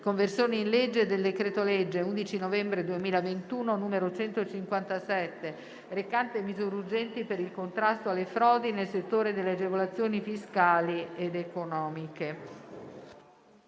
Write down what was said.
«Conversione in legge del decreto-legge 11 novembre 2021, n. 157, recante misure urgenti per il contrasto alle frodi nel settore delle agevolazioni fiscali ed economiche»